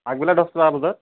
আগবেলা দহটা বজাত